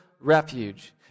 refuge